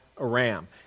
Aram